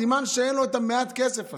סימן שאין לו את מעט הכסף הזה.